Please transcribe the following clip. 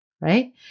Right